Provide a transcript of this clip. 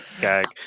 gag